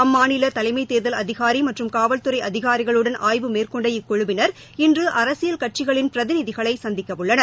அம்மாநில தலைமை தேர்தல் அதிகாரி மற்றும் காவல்துறை அதிகாரிகளுடன் ஆய்வு மேற்கொண்ட இக்குழுவினர் இன்று அரசியல் கட்சிகளின் பிரதிநிதிகளை சந்திக்கவுள்ளனர்